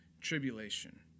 tribulation